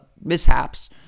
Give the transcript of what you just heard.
mishaps